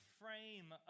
frame